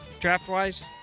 draft-wise